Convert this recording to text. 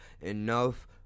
enough